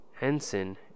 Henson